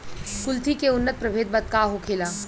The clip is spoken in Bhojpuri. कुलथी के उन्नत प्रभेद का होखेला?